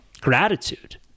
gratitude